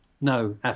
no